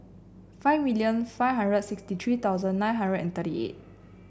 five million five hundred sixty three thousand nine hundred and thirty eight